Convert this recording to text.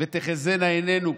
"ותחזינה עינינו",